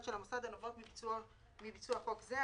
של המוסד הנובעות מביצוע חוק זה".